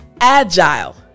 agile